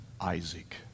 Isaac